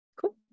cool